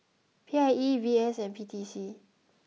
P I E V S and P T C